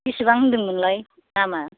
बिसिबां होनदों मोनलाय दामआ